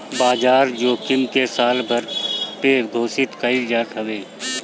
बाजार जोखिम के सालभर पे घोषित कईल जात हवे